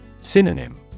Synonym